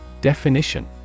Definition